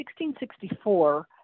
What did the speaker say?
1664